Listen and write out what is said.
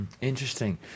Interesting